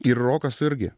ir rokas irgi